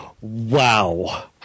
Wow